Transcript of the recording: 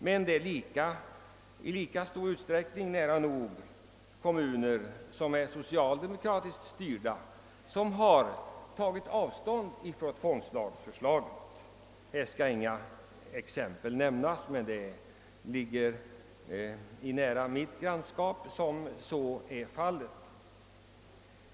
Men det är i nära nog lika stor utsträckning socialdemokratiskt styrda kommuner som tagit avstånd från tvångslagförslaget. Jag skall inte nämna några exempel, men jag känner till många sådana fall från bl.a. min hemtrakt.